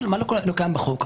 מה לא קיים בחוק.